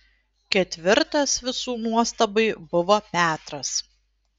ketvirtas visų nuostabai buvo petras